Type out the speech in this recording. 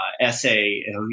essay